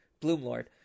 Bloomlord